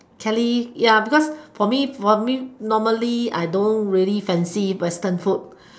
kelly ya because for me for me for me normally I don't really fancy western food